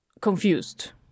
confused